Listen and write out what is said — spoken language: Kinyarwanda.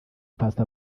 paccy